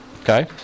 Okay